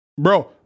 bro